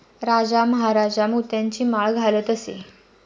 राजा महाराजा मोत्यांची माळ घालत असे